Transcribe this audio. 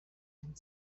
and